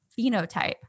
phenotype